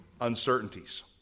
uncertainties